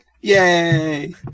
Yay